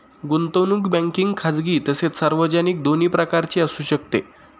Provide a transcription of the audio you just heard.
गुंतवणूक बँकिंग खाजगी तसेच सार्वजनिक दोन्ही प्रकारची असू शकते